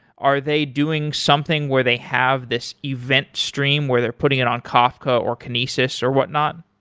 are they doing something where they have this event stream, where they're putting it on kafka, or kinesis or whatnot?